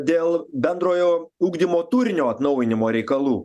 dėl bendrojo ugdymo turinio atnaujinimo reikalų